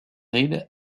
ried